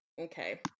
okay